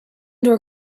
door